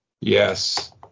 Yes